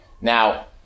Now